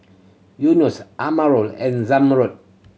Yunos Amirul and Zamrud